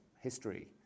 history